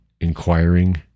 inquiring